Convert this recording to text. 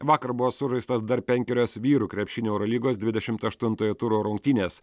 vakar buvo sužaistos dar penkerios vyrų krepšinio eurolygos dvidešimt aštuntojo turo rungtynės